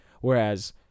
Whereas